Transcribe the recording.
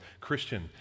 christian